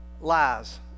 lies